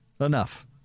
Enough